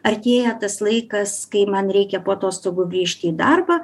artėja tas laikas kai man reikia po atostogų grįžti į darbą